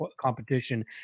competition